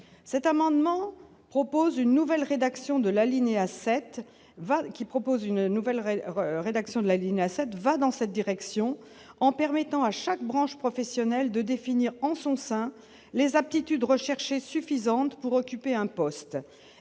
cet amendement propose une nouvelle rédaction de La Linea cette vague qui propose une nouvelle reine reurs et d'action de la 7 va dans cette direction en permettant à chaque branche professionnelle de définir en son sein les aptitudes recherchées suffisante pour occuper un poste